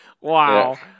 wow